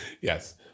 Yes